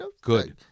Good